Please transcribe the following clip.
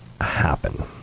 happen